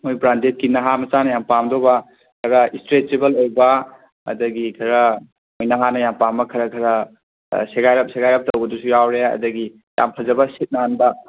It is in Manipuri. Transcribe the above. ꯃꯣꯏ ꯕ꯭ꯔꯥꯟꯗꯦꯗꯀꯤ ꯅꯍꯥ ꯃꯆꯥꯅ ꯌꯥꯝ ꯄꯥꯝꯗꯧꯕ ꯈꯔ ꯏꯁꯇ꯭ꯔꯦꯆꯤꯕꯜ ꯑꯣꯕ ꯑꯗꯒꯤ ꯈꯔ ꯃꯣꯏ ꯅꯍꯥꯅ ꯌꯥꯝ ꯄꯥꯝꯕ ꯈꯔ ꯈꯔ ꯁꯦꯒꯥꯏꯔꯞ ꯁꯦꯒꯥꯏꯔꯞ ꯇꯧꯕꯗꯨꯁꯨ ꯌꯥꯎꯔꯦ ꯑꯗꯒꯤ ꯌꯥꯝ ꯐꯖꯕ ꯁꯤꯠ ꯅꯥꯟꯕ